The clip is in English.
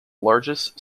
largest